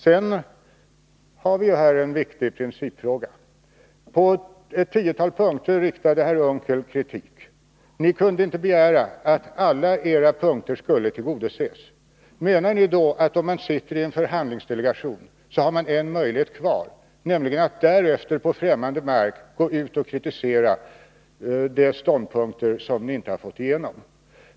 Sedan finns det här en viktig principfråga: På ett tiotal punkter framförde herr Unckel kritik. Ni kunde inte begära att alla era punkter skulle tillgodoses. Menar ni då, att om ni sitter i en förhandlingsdelegation, så har ni en möjlighet kvar, nämligen att därefter på främmande mark gå ut och kritisera de ståndpunkter som ni inte har fått igenom?